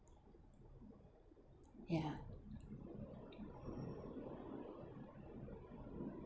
ya